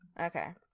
Okay